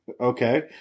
Okay